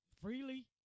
freely